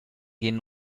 gehen